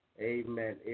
Amen